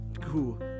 cool